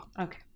okay